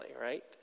right